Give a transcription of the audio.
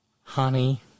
Honey